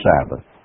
Sabbath